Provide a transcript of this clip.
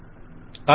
client కాదు